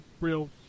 real